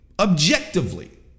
objectively